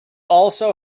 also